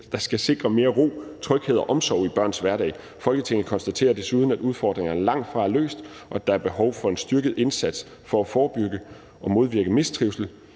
der skal sikre mere ro, tryghed og omsorg i børns hverdag. Folketinget konstaterer desuden, at udfordringerne langt fra er løst, og at der er behov for en styrket indsats for at forebygge og modvirke mistrivsel.